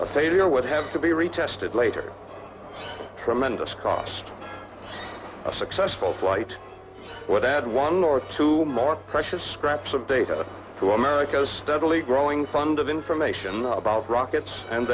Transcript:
failure would have to be retested later tremendous cost a successful flight what had one or two more precious scraps of data to america's steadily growing fund of information about rockets and